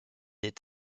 est